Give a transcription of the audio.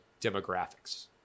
demographics